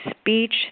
speech